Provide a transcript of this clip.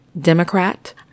Democrat